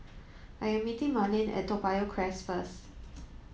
I am meeting Marlin at Toa Payoh Crest first